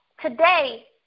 today